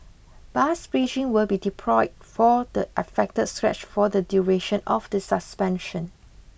bus bridging will be deployed for the affected stretch for the duration of the suspension